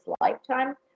lifetime